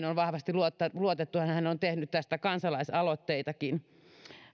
on vahvasti luotettu ja hänhän on tehnyt tästä kansalaisaloitteitakin